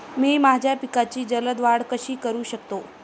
मी माझ्या पिकांची जलद वाढ कशी करू शकतो?